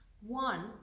one